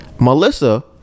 melissa